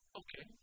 okay